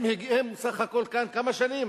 הם כאן סך הכול כמה שנים?